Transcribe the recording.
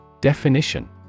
Definition